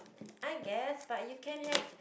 I guess but you can have